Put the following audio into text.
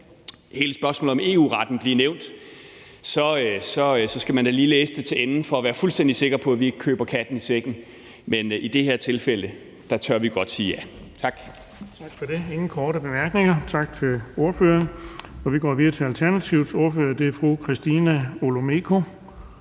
hele spørgsmålet om EU-retten blive nævnt, skal man da lige læse det til ende for at være fuldstændig sikker på, at vi ikke køber katten i sækken. Men i det her tilfælde tør vi godt sige ja. Tak. Kl. 16:16 Den fg. formand (Erling Bonnesen): Der er ingen korte bemærkninger, så vi siger tak til ordføreren. Vi går videre til Alternativets ordfører, fru Christina Olumeko.